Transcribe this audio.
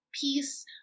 peace